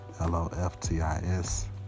L-O-F-T-I-S